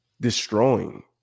destroying